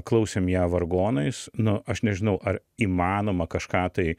klausėm ją vargonais nu aš nežinau ar įmanoma kažką tai